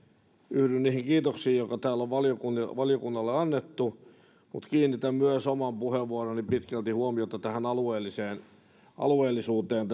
yhdyn niihin kiitoksiin joita täällä on valiokunnalle valiokunnalle annettu mutta kiinnitän myös omassa puheenvuorossani tässä keskustelussa pitkälti huomiota tähän alueellisuuteen